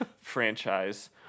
franchise